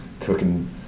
cooking